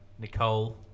Nicole